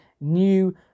new